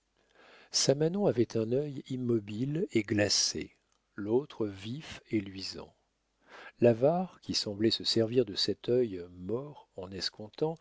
près samanon avait un œil immobile et glacé l'autre vif et luisant l'avare qui semblait se servir de cet œil mort en